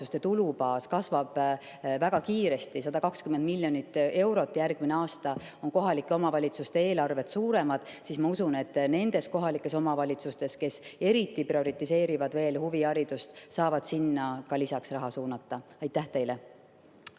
tulubaas kasvab väga kiiresti: 120 miljonit eurot on järgmisel aastal kohalike omavalitsuste eelarved suuremad. Ma usun, et need kohalikud omavalitsused, kes eriti prioritiseerivad huviharidust, saavad sinna ka lisaks raha suunata. Aitäh